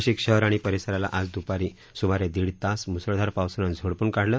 नाशिक शहर आणि परिसराला आज दुपारी सुमारे दीड तास मुसळधार पावसानं झोडपून काढले